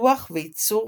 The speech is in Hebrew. בפיתוח וייצור